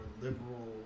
liberal